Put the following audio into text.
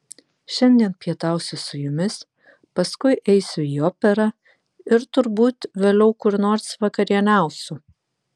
šiandien pietausiu su jumis paskui eisiu į operą ir turbūt vėliau kur nors vakarieniausiu